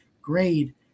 grade